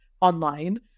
online